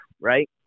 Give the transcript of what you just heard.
right